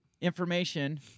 information